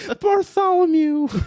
bartholomew